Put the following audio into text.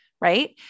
Right